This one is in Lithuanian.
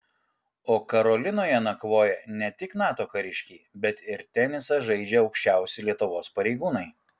o karolinoje nakvoja ne tik nato kariškiai bet ir tenisą žaidžia aukščiausi lietuvos pareigūnai